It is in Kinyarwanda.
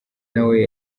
nawe